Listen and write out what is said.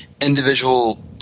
individual